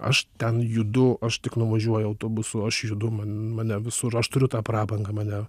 aš ten judu aš tik nuvažiuoju autobusu aš judu man mane visur aš turiu tą prabangą mane